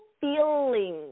feeling